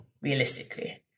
realistically